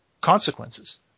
consequences